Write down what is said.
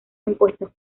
impuestos